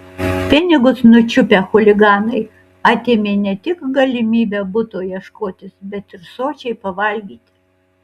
pinigus nučiupę chuliganai atėmė ne tik galimybę buto ieškotis bet ir sočiai pavalgyti